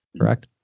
correct